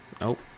Nope